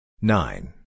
Nine